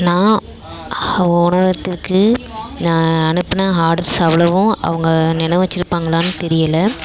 நான் உணவகத்திற்கு நான் அனுப்பின ஆடர்ஸ் அவ்வளவும் அவங்க நினைவு வைச்சுருப்பாங்களான்னு தெரியலை